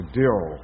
deal